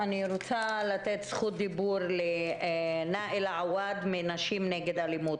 אני רוצה לתת זכות דיבור לנאילה עואד מנשים נגד אלימות,